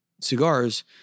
cigars